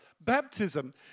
baptism